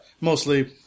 Mostly